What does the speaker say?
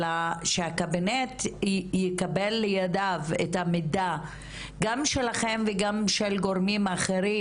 אלא שהקבינט יקבל לידיו את המידע גם שלכם וגם של גורמים אחרים,